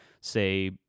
say